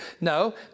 No